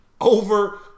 over